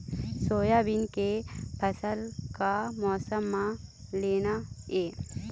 Soybean के फसल का मौसम म लेना ये?